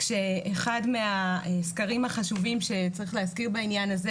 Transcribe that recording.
שאחד מהסקרים החשובים שצריך להזכיר בעניין הזה